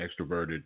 extroverted